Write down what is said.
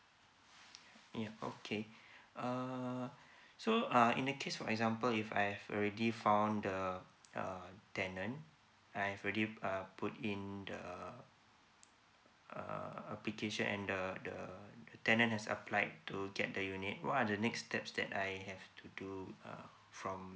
yup okay uh so uh in that case for example if I have already found the uh tenant I've already put uh put in the uh application and the the uh tenant has applied to get the unit what are the next steps that I have to do uh from